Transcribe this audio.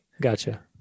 Gotcha